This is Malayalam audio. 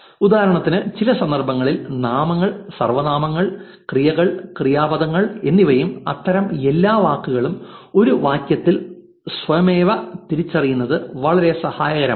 ഉദാഹരണത്തിന് ചില സന്ദർഭങ്ങളിൽ നാമങ്ങൾ സർവ്വനാമങ്ങൾ ക്രിയകൾ ക്രിയാപദങ്ങൾ എന്നിവയും അത്തരം എല്ലാ വാക്കുകളും ഒരു വാക്യത്തിൽ സ്വയമേവ തിരിച്ചറിയുന്നത് വളരെ സഹായകരമാണ്